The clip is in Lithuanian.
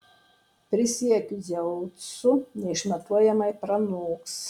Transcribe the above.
prisiekiu dzeusu neišmatuojamai pranoks